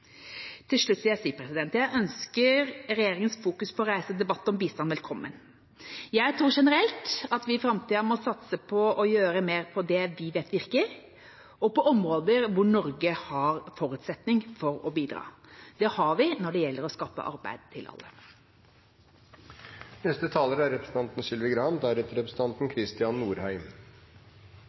Til slutt vil jeg si at jeg ønsker regjeringas fokusering på å reise debatt om bistand velkommen. Jeg tror generelt at vi i framtida må satse på å gjøre mer av det vi vet virker, og på områder hvor Norge har forutsetning for å bidra. Det har vi når det gjelder å skape arbeid til alle. Det er